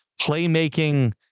playmaking